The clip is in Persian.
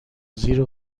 زیر